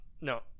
no